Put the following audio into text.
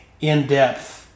in-depth